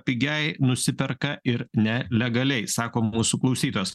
pigiai nusiperka ir nelegaliai sako mūsų klausytojas